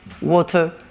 water